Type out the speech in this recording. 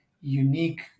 unique